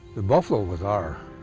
the buffalo was our